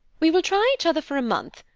we will try each other for a month,